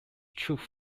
troops